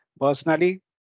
personally